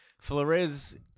Flores